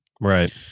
Right